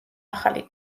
ახალი